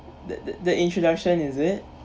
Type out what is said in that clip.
the the the introduction is it